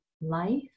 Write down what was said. life